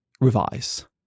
revise